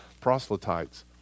proselytes